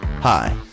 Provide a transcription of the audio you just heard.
Hi